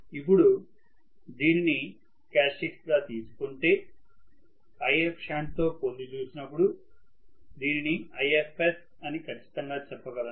ఇపుడు దీనిని క్యారెక్టర్స్టిక్స్ గా తీసుకుంటే Ifshunt తో పోల్చి చూసినప్పుడు దీనిని Ifs అని ఖచ్చితంగా చెప్పగలను